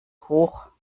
hoch